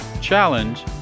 challenge